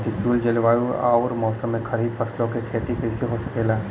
प्रतिकूल जलवायु अउर मौसम में खरीफ फसलों क खेती कइसे हो सकेला?